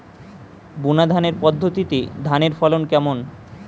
বুনাধানের পদ্ধতিতে ধানের ফলন কেমন?